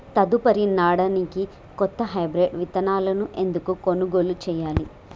తదుపరి నాడనికి కొత్త హైబ్రిడ్ విత్తనాలను ఎందుకు కొనుగోలు చెయ్యాలి?